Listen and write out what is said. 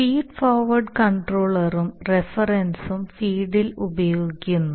feed forward കൺട്രോളറും റഫറൻസും ഫീഡിൽ ഉപയോഗിക്കുന്നു